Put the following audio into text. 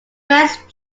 best